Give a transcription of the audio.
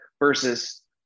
Versus